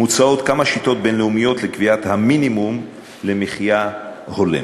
מוצעות כמה שיטות בין-לאומיות לקביעת המינימום למחיה הולמת.